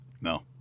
No